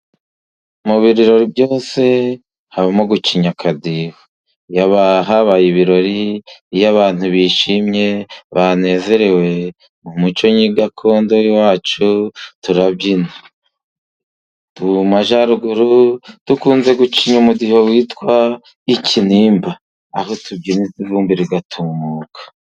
Mu birori byose habamo gucinya akadiho habaye ibirori, iyo abantu bishimye banezerewe mu muco gakondo wacu turabyina. Mumajyaruguru dukunze gucinya umudiho witwa ikinimba aho tubyina ivumbi rigatumuka.